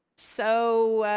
so,